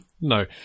No